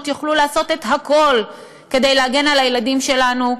יוכלו לעשות את הכול כדי להגן על הילדים שלנו,